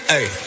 ay